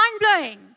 mind-blowing